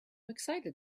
excited